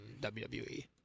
WWE